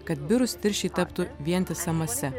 kad birūs tirščiai taptų vientisa mase